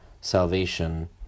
salvation